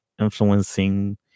influencing